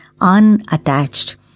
unattached